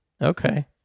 Okay